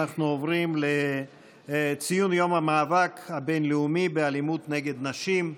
אנחנו עוברים לציון יום המאבק הבין-לאומי באלימות כלפי נשים,